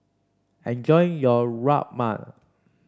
enjoy your Rajma